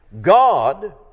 God